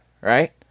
Right